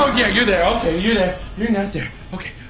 oh yeah, you're there! okay you're there! you're not there, okay.